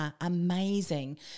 amazing